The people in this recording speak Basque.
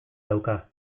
dauka